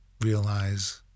realize